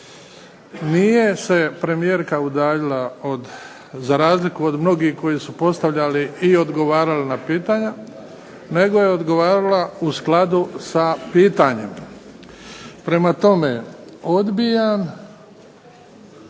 Nije se premijerka udaljila od, za razliku od mnogih koji su postavljali i odgovarali na pitanja, nego je odgovarala u skladu sa pitanjem. Prema tome, odbijam